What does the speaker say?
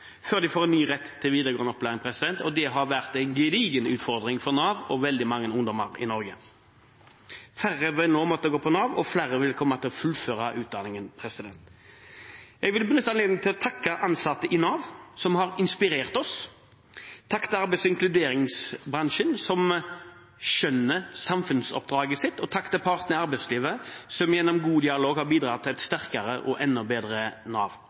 før de får ny rett til videregående opplæring. Det har vært en gedigen utfordring for Nav og for veldig mange ungdommer i Norge. Færre vil nå måtte gå til Nav, og flere vil komme til å fullføre utdanningen. Jeg vil benytte anledningen til å takke ansatte i Nav, som har inspirert oss. Takk til arbeids- og inkluderingsbransjen, som skjønner samfunnsoppdraget sitt, og takk til partene i arbeidslivet, som gjennom god dialog har bidratt til et sterkere og enda bedre Nav!